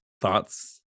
Thoughts